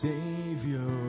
Savior